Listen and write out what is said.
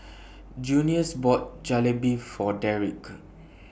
Junius bought Jalebi For Derick